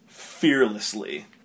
fearlessly